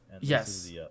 yes